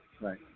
Right